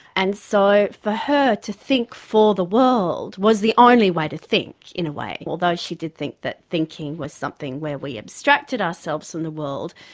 and so for her to think for the world was the only way to think in a way. although she did think that thinking was something where we abstracted ourselves from the world,